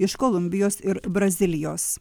iš kolumbijos ir brazilijos